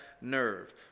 nerve